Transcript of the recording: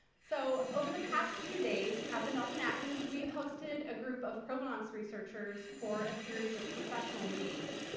so, over the past two days at the nelson-atkins, we've hosted a group of provenance researchers for a series of professional meetings.